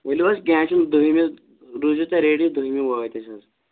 ؤلِو حظ کینٛہہ چھِنہٕ دٔہمہِ روٗزِو تُہۍ ریڈی دٔہمہِ وٲتۍ أسۍ حظ